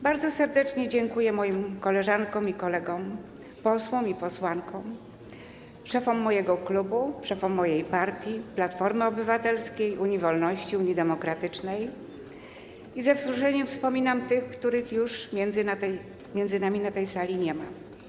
Bardzo serdecznie dziękuję moim koleżankom i kolegom, posłom i posłankom, szefom mojego klubu, szefom mojej partii Platformy Obywatelskiej, Unii Wolności, Unii Demokratycznej i ze wzruszeniem wspominam tych, których już między nami na tej sali nie ma.